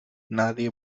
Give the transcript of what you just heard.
nadie